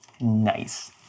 Nice